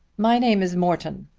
my name is morton.